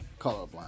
colorblind